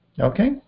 Okay